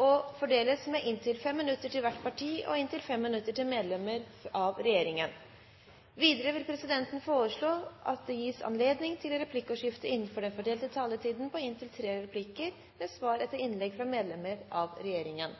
og fordeles med inntil 5 minutter til hvert parti og inntil 5 minutter til medlem av regjeringen. Videre vil presidenten foreslå at det gis anledning til replikkordskifte på inntil tre replikker med svar etter innlegg fra medlem av regjeringen